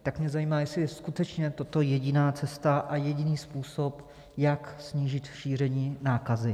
Tak mě zajímá, jestli je skutečně toto jediná cesta a jediný způsob, jak snížit šíření nákazy.